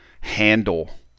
handle